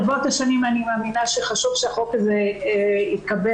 הבנתי שחשוב שהחוק הזה יתקבל.